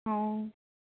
অঁ